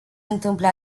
întâmple